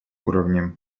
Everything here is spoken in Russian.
уровне